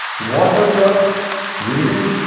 what does your wendy's